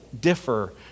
differ